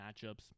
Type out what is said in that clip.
matchups